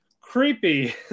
creepy